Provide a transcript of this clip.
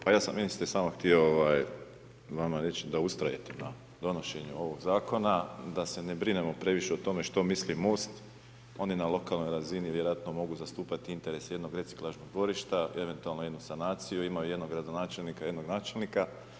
Pa ja sam ministre samo htio vama reći da ustrojite na donošenje ovog zakona, da se ne brinemo previše o tome što misli Most, on je na lokalnoj razini i vjerojatno mogu zastupati interese jednog reciklažnog dvorišta i eventualnu jednu sanaciju imaju, jednog gradonačelnika i jednog načelnika.